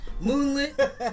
moonlit